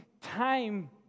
time